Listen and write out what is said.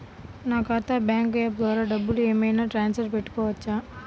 నా ఖాతా bank app ద్వారా డబ్బులు ఏమైనా ట్రాన్స్ఫర్ పెట్టుకోవచ్చా?